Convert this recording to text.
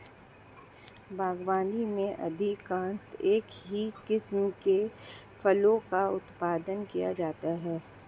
बागवानी में अधिकांशतः एक ही किस्म के फलों का उत्पादन किया जाता है